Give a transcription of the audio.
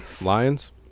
Lions